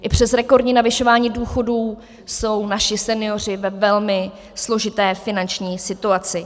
I přes rekordní navyšování důchodů jsou naši senioři ve velmi složité finanční situaci.